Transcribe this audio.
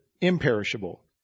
imperishable